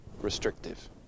restrictive